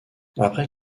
après